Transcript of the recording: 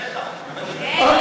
איזה מתח, אוקיי.